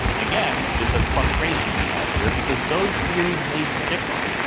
again, there's a frustration we have here because those theories made predictions,